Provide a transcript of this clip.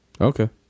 Okay